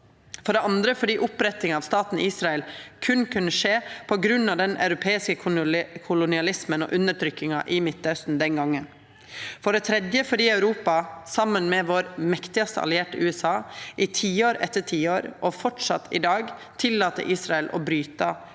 for det andre fordi opprettinga av staten Israel berre kunne skje på grunn av den europeiske kolonialismen og undertrykkinga i Midtausten den gongen, og for det tredje fordi Europa, saman med vår mektigaste allierte, USA, i tiår etter tiår – og framleis i dag – tillèt Israel å bryte